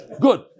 good